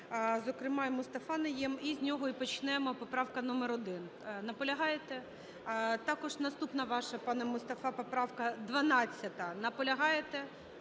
Зокрема, і Мустафа Найєм. І з нього і почнемо. Поправка номер 1. Наполягаєте? Також наступна ваша, пане Мустафа, поправка 12-а. Наполягаєте?